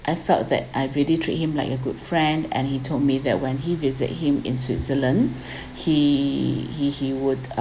I felt that I really treat him like a good friend and he told me that when we visit him in switzerland he he he would uh